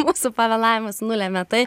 mūsų pavėlavimas nulėmė tai